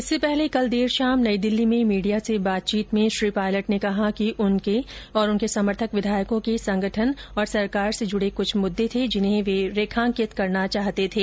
इससे पहले कल देर शाम नई दिल्ली में मीडिया से बातचीत में श्री पायलट ने कहा कि उनके तथा उनके समर्थक विधायकों के संगठन तथा सरकार से जुडे कुछ मुद्दे थे जिन्हें वे रेखांकित करना चाहते थे